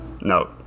No